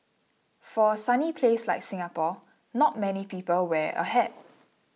for a sunny place like Singapore not many people wear a hat